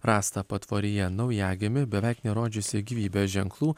rastą patvoryje naujagimį beveik nerodžiusį gyvybės ženklų